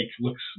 looks